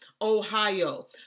Ohio